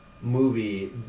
movie